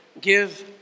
give